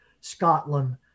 Scotland